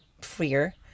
freer